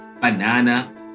banana